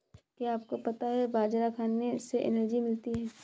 क्या आपको पता है बाजरा खाने से एनर्जी मिलती है?